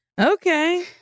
Okay